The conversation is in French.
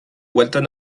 walton